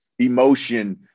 Emotion